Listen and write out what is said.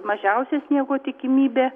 mažiausia sniego tikimybė